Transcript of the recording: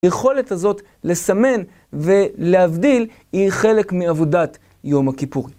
היכולת הזאת לסמן ולהבדיל היא חלק מעבודת יום הכיפורים.